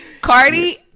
Cardi